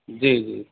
جی جی